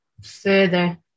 further